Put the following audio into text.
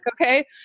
Okay